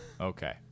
okay